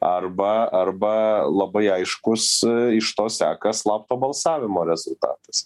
arba arba labai aiškus iš to seka slapto balsavimo rezultatas